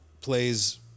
plays